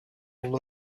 all